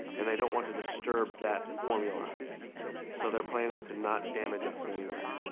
and they don't want to disturb that formula so their plan is to not damage us in any way.